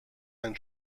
ein